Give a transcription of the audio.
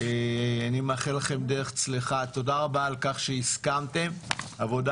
תודה על כך שהסכמתם לשאת בעבודה